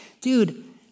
dude